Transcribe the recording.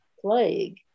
plague